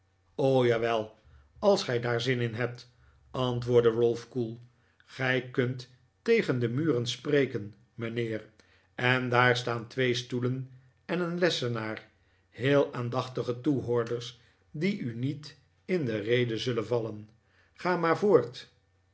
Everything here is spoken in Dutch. jawel als gij daar zin in hebt antwoordde ralph koel gij kunt tegen de muren spreken mijnheer en daar staan twee stoelen en een lessenaar heel aandachtige toehoorders die u niet in de rede zullen vallen ga maar voort